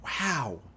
Wow